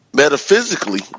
Metaphysically